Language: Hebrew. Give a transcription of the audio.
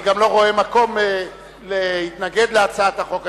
אני גם לא רואה מקום להתנגד להצעת החוק הזאת.